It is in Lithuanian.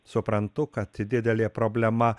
suprantu kad didelė problema